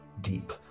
deep